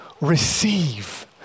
Receive